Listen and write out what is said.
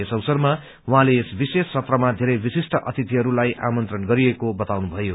यस अवसरमा उहाँले यस विशेष सत्रमा धेरै विशिष्ठ अतिथिहरूलाई आमंत्रण गरिएको बताउनुभयो